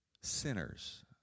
sinners